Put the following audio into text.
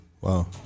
Wow